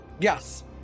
Yes